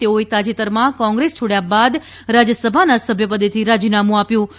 તેઓએ તાજેતરમાં કોંગ્રેસ છોડયા બાદ રાજ્યસભાના સભ્યપદેથી રાજીનામું આપ્યું હતું